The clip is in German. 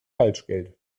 falschgeld